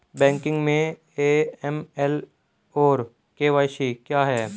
Banking में AML और KYC क्या हैं?